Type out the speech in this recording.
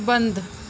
बंद